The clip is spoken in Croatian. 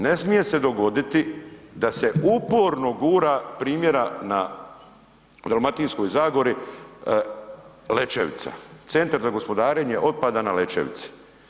Ne smije se dogoditi da se uporno gura primjera na Dalmatinskoj Zagori, Lećevica, Centar za gospodarenje otpada na Lećevici.